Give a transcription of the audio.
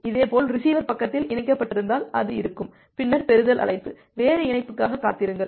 இதேபோல் ரிசீவர் பக்கத்தில் இணைக்கப்பட்டிருந்தால் அது இருக்கும் பின்னர் பெறுதல் அழைப்பு வேறு இணைப்புக்காக காத்திருங்கள்